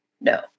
No